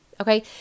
okay